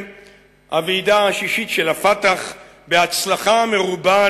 הוועידה השישית של ה"פתח" בהצלחה מרובה,